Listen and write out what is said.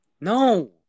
No